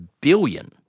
billion